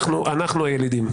אנחנו הילידים.